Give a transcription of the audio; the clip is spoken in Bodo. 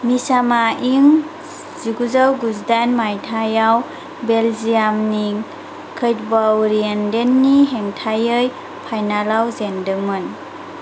मिचामा इं जिगुजौ गुजिदाइन माइथायाव बेलजियामनि कैटबावरिएन्डेननि हेंथायै फाइनालाव जेनदोंमोन